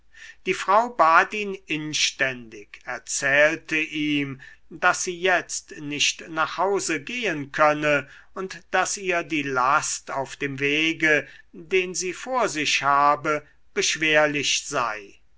die frau bat ihn inständig erzählte ihm daß sie jetzt nicht nach hause gehen könne und daß ihr die last auf dem wege den sie vor sich habe beschwerlich sei